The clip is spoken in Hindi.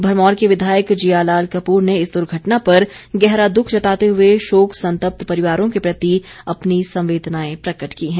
भरमौर के विधायक जियालाल कपूर ने इस दुर्घटना पर गहरा दुख जताते हुए शोक संतप्त परिवारों के प्रति अपनी संवेदनाएं प्रकट की हैं